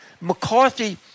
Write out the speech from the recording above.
McCarthy